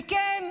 וכן,